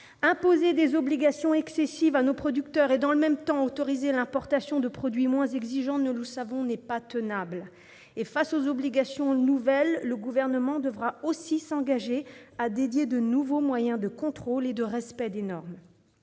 Imposer des obligations excessives à nos producteurs et, dans le même temps, autoriser l'importation de produits moins exigeants, nous le savons, n'est pas tenable. Face aux obligations nouvelles, le Gouvernement devra aussi s'engager à dédier de nouveaux moyens de contrôle et de respect des normes.